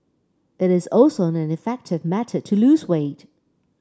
it is also an effective method to lose weight